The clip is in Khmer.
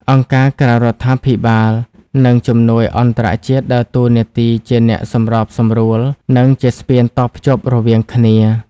អង្គការក្រៅរដ្ឋាភិបាល និងជំនួយអន្តរជាតិដើរតួនាទីជាអ្នកសម្របសម្រួល និងជាស្ពានតភ្ជាប់រវាងគ្នា។